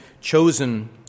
chosen